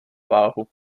váhu